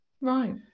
Right